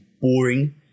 boring